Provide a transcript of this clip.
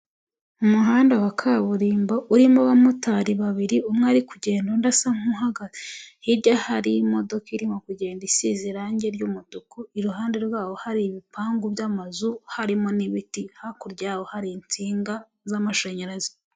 Umuhanda wa kaburimbo urimo abamotari babiri umwe ari kugenda undi asa nk'uhagaze, hirya hari imodoka irimo kugenda isize irangi ry'umutuku, iruhande rwaho hari ibipangu by'amazu harimo n'ibiti; hakurya yaho hari insinga z'amashanyarazi.